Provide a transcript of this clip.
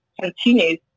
continues